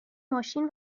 ماشین